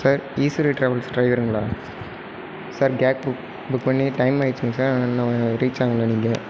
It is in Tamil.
சார் ஈஸ்வரி டிராவல்ஸ் டிரைவருங்களா சார் கேப் புக் புக் பண்ணி டைம் ஆகிடுச்சிங்க சார் ஆனால் இன்னும் ரீச் ஆகலை நீங்கள்